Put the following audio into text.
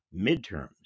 midterms